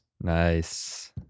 Nice